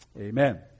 Amen